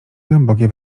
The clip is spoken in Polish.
głębokie